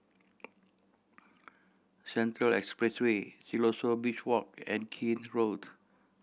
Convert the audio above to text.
Central Expressway Siloso Beach Walk and Keene Road